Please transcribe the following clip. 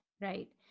Right